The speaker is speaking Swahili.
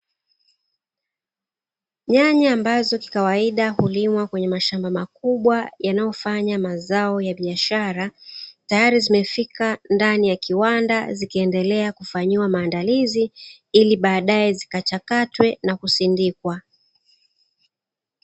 Nyanya ambazo kwa kawaida hulimwa kwenye mashamba makubwa yanayofanya mazao ya biashara. Tayari zimefika ndani ya kiwanda ziliendelea kufanyiwa maandalizi ili badaye zikachakatwe na kusindikwa.